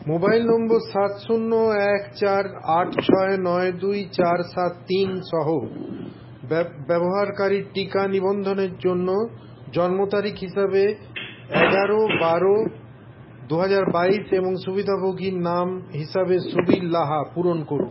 mobile নম্বর সাত শূন্য এক চার আট ছয় নয় দুই চার সাত তিন সহ ব্যবহারকারীর টিকা নিবন্ধনের জন্য জন্মতারিখ হিসাবে এগারো বারো দুহাজার বাইশ এবং সুবিধাভোগীর নাম হিসাবে সুবীর লাহা পূরণ করুন